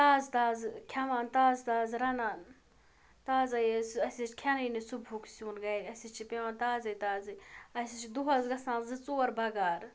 تازٕ تازٕ کھٮ۪وان تازٕ تازٕ رَنان تازٕے حظ اَسہِ حظ چھِ کھٮ۪نے نہٕ صُبحُک سیُن گَرِ اَسہِ حظ چھِ پٮ۪وان تازَے تازٕے اَسہِ حظ چھِ دۄہَس گژھان زٕ ژور بَگارٕ